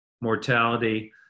mortality